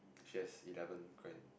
she has eleven grand